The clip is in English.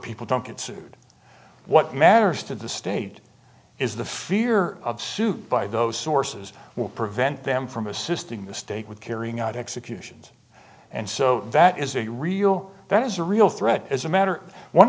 people don't get sued what matters to the state is the fear of suit by those sources will prevent them from assisting the state with carrying out executions and so that is a real that is a real threat as a matter o